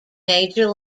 major